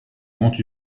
grand